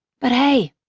but hey,